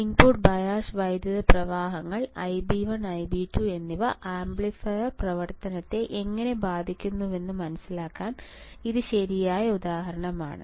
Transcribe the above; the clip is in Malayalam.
ഇൻപുട്ട് ബയസ് വൈദ്യുത പ്രവാഹങ്ങൾ Ib1 Ib2 എന്നിവ ആംപ്ലിഫയർ പ്രവർത്തനത്തെ എങ്ങനെ ബാധിക്കുന്നുവെന്ന് മനസ്സിലാക്കാൻ ഇത് ശരിയായ ഉദാഹരണമാണ്